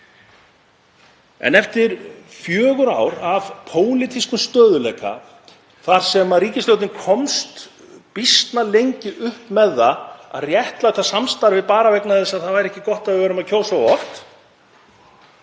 en eftir fjögur ár af pólitískum stöðugleika, þar sem ríkisstjórnin komst býsna lengi upp með að réttlæta samstarfið, bara vegna þess að það væri ekki gott ef við værum að kjósa of